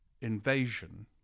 invasion